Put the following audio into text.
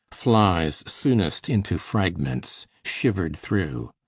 flies soonest into fragments, shivered through.